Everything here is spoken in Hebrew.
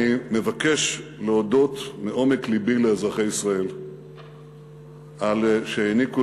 אני מבקש להודות מעומק לבי לאזרחי ישראל על שהעניקו